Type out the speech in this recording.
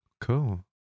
Cool